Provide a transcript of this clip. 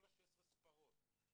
על עסקים קטנים כאלה בהוראות חוזים כאלה